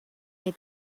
had